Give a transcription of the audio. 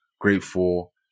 grateful